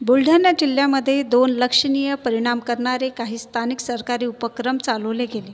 बुलढाणा जिल्ह्यामधे दोन लक्षणीय परिणाम करणारे काही स्थानिक सरकारी उपक्रम चालवले गेले